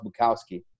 Bukowski